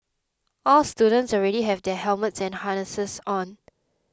all students already have their helmets and harnesses on